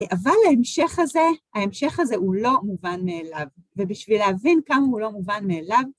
אבל ההמשך הזה, ההמשך הזה, הוא לא מובן מאליו, ובשביל להבין כמה הוא לא מובן מאליו,